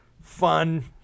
fun